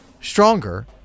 Stronger